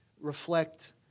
reflect